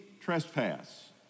trespass